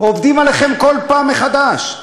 עובדים עליכם כל פעם מחדש.